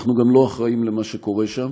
אנחנו גם לא אחראים למה שקורה שם.